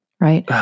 Right